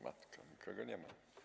Matko, nikogo nie ma.